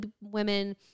women